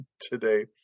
today